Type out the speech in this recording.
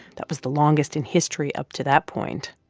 that was the longest in history up to that point.